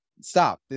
Stop